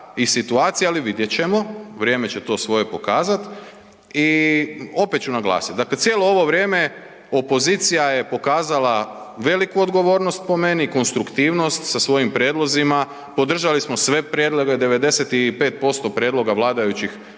i situacije, ali vidjet ćemo, vrijeme će to svoje pokazat. I opet ću naglasit, dakle cijelo ovo vrijeme opozicija je pokazala veliku odgovornost po meni, konstruktivnost sa svojim prijedlozima, podržali smo sve prijedloge, 95% prijedloga vladajućih smo